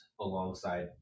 alongside